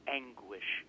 anguish